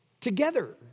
together